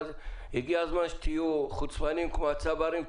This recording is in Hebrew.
אבל הגיע הזמן שתהיו חוצפנים כמו הצברים,